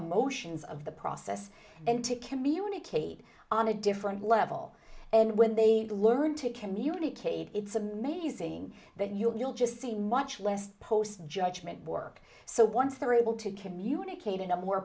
emotions of the process and to communicate on a different level and when they learn to communicate it's amazing that you'll just see much less post judgment work so once they're able to communicate in a more